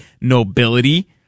nobility